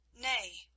Nay